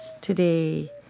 today